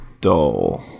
dull